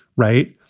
right.